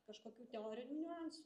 kažkokių teorinių niuansų